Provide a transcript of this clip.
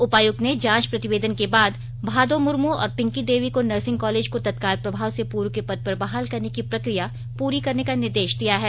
उपायुक्त ने जांच प्रतिवेदन के बाद भादो मुर्मू और पिंकी देवी को नर्सिंग कॉलेज को तत्काल प्रभाव से पूर्व के पद पर बहाल करने की प्रक्रिया पूरी करने का निर्देश दिया है